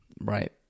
Right